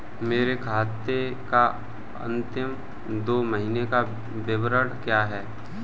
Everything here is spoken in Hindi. मेरे खाते का अंतिम दो महीने का विवरण क्या है?